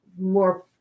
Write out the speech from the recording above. more